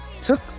took